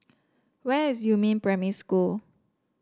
where is Yumin Primary School